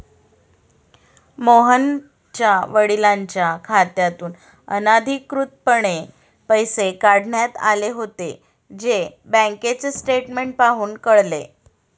मोहनच्या वडिलांच्या खात्यातून अनधिकृतपणे पैसे काढण्यात आले होते, जे बँकेचे स्टेटमेंट पाहून कळले